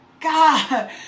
God